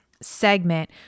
segment